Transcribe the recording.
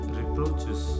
reproaches